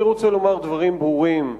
אני רוצה לומר דברים ברורים.